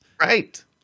Right